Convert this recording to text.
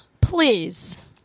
please